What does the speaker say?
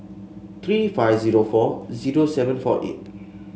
three five zero four zero seven four eight